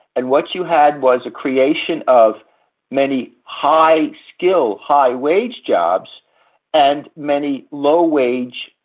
and what you had was a creation of many high skill, high wage jobs and many low wage,